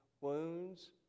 wounds